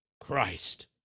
Christ